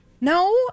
no